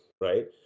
right